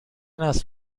است